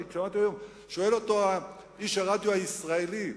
שואל אותו איש הרדיו הישראלי: